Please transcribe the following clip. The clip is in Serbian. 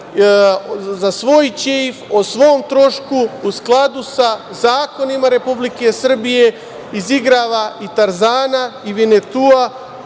za svoj ćef, o svom trošku, u skladu sa zakonima Republike Srbije izigrava i Tarzana i Vinetua,